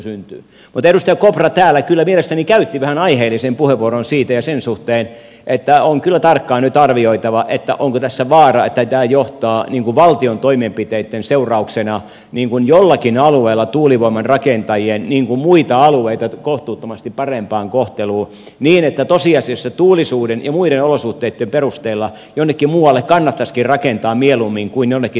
mutta edustaja kopra täällä kyllä mielestäni käytti aiheellisen puheenvuoron siitä ja sen suhteen että on kyllä tarkkaan nyt arvioitava onko tässä vaara että tämä johtaa valtion toimenpiteitten seurauksena jollakin alueella tuulivoiman rakentajien muita alueita kohtuuttomasti parempaan kohteluun niin että tosiasiassa tuulisuuden ja muiden olosuhteitten perusteella jonnekin muualle kannattaisikin rakentaa mieluummin kuin jonnekin toiselle alueelle